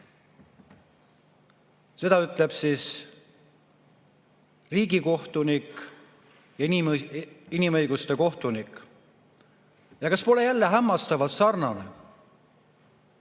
Seda ütleb riigikohtunik ja inimõiguste kohtunik. Kas pole jälle hämmastavalt sarnane?